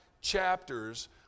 chapters